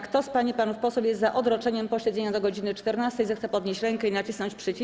Kto z pań i panów posłów jest za odroczeniem posiedzenia do godz. 14, zechce podnieść rękę i nacisnąć przycisk.